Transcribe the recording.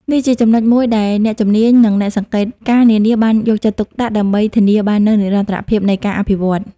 នេះជាចំណុចមួយដែលអ្នកជំនាញ និងអ្នកអង្កេតការណ៍នានាបានយកចិត្តទុកដាក់ ដើម្បីធានាបាននូវនិរន្តរភាពនៃការអភិវឌ្ឍន៍។